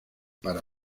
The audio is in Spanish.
para